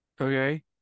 okay